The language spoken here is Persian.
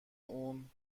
اون